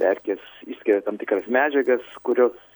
erkės išskiria tam tikras medžiagas kurios